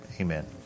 Amen